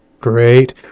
Great